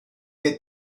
des